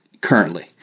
currently